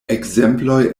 ekzemploj